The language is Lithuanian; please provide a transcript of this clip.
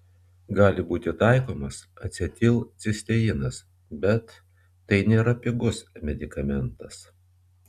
gali būti taikomas acetilcisteinas bet tai nėra pigus medikamentas